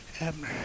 Abner